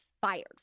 fired